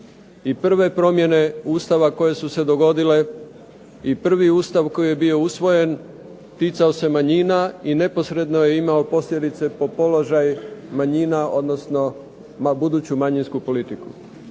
I prve promjene Ustava koje su se dogodile i prvi Ustav koji je bio usvojen ticao se manjina i neposredno je imao posljedice po položaj manjina, odnosno buduću manjinsku politiku.